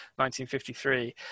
1953